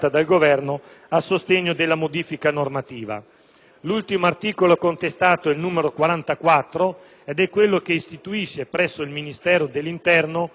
L'ultimo articolo contestato è il 44, che istituisce, presso il Ministero dell'interno, quello che abbiamo definito il registro dei *clochard*,